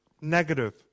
negative